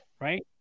Right